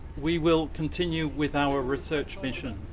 we will continue with our research mission.